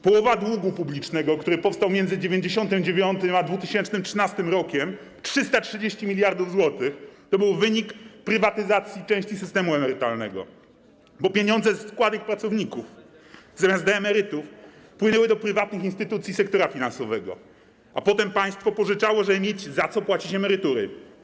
Połowa długu publicznego, który powstał między 1999 r. a 2013 r., 330 mld zł, to był wynik prywatyzacji części systemu emerytalnego, bo pieniądze ze składek pracowników zamiast do emerytów płynęły do prywatnych instytucji sektora finansowego, a potem państwo pożyczało, żeby mieć z czego płacić emerytury.